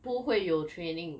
不会有 training